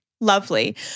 lovely